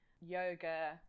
yoga